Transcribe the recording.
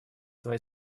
свои